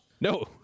no